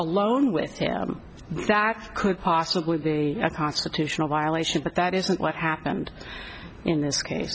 alone with him exact could possibly be a constitutional violation but that isn't what happened in this case